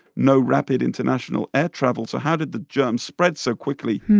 no rapid international air travel, so how did the germs spread so quickly?